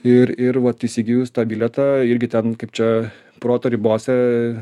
ir ir vat įsigijus tą bilietą irgi ten kaip čia proto ribose